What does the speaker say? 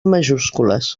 majúscules